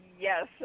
yes